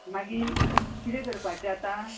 मागीर किदें करपाचें आतां